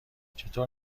چطور